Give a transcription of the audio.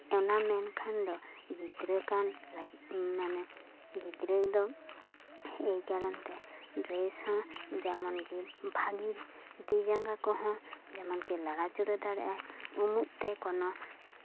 ᱚᱱᱟ ᱢᱮᱠᱷᱟᱱ ᱫᱚ ᱜᱤᱫᱽᱨᱟᱹ ᱠᱟᱱ ᱢᱟᱱᱮ ᱜᱤᱫᱽᱨᱟᱹ ᱫᱚ ᱮᱭ ᱠᱟᱨᱚᱱ ᱛᱮ ᱰᱨᱮᱥ ᱦᱚᱸ ᱡᱮᱢᱚᱱᱠᱤ ᱵᱷᱟᱹᱜᱤ ᱛᱤ ᱡᱟᱸᱜᱟ ᱠᱚᱦᱚᱸ ᱮᱢᱚᱱᱠᱤ ᱞᱟᱲᱟ ᱪᱩᱲᱟᱹ ᱫᱟᱲᱮᱭᱟᱜ ᱟᱭ ᱩᱢᱩᱜ ᱛᱮ ᱠᱚᱱᱚ